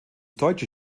deutsche